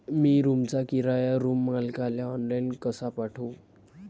मी रूमचा किराया रूम मालकाले ऑनलाईन कसा पाठवू?